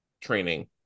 training